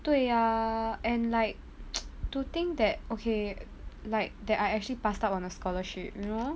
对啊 and like to think that okay like that I actually passed out on a scholarship you know